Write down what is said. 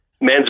Men's